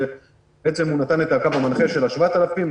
הוא נתן את הקו המנחה של ה-7,000,